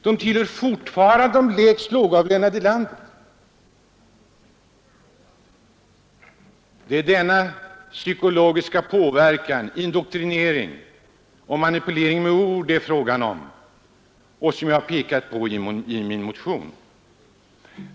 De tillhör fortfarande de lägst avlönade i landet. Det är denna psykologiska påverkan, indoktrinering och manipulering med ord som det här är fråga om och som jag har pekat på i min motion.